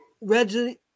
Reggie